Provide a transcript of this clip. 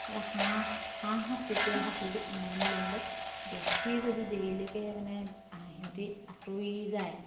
হাঁহ হাঁহ হওক কুকুৰা হওক যদি উমনি লওঁতে বেছি যদি দেৰিলেকে মানে সিহঁতি আঁতৰি যায়